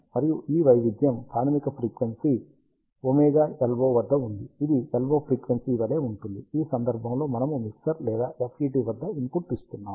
మరియు ఈ వైవిధ్యం ప్రాథమిక ఫ్రీక్వెన్సీ ωLO వద్ద ఉంది ఇది LO ఫ్రీక్వెన్సీ వలె ఉంటుంది ఈ సందర్భంలో మనము మిక్సర్ లేదా FET వద్ద ఇన్పుట్ ఇస్తున్నాము